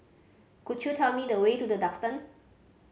could you tell me the way to The Duxton